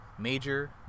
Major